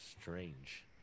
strange